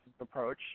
approach